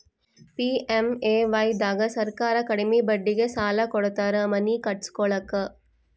PMAY ದಾಗ ಸರ್ಕಾರ ಕಡಿಮಿ ಬಡ್ಡಿಗೆ ಸಾಲ ಕೊಡ್ತಾರ ಮನಿ ಕಟ್ಸ್ಕೊಲಾಕ